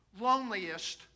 loneliest